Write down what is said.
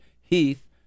Heath